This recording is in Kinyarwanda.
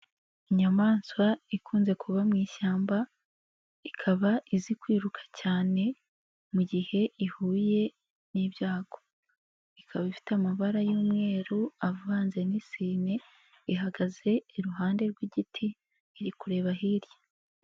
Inyamaswa ikunze kuba mu ishyamba ikaba izi kwiruka cyane mu mugihe ihuye n'ibyago, ikaba ifite amabara y'umweru avanze n'isine, ihagaze iruhande rw'igiti iri kureba hirya.